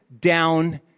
down